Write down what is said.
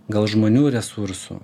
gal žmonių resursų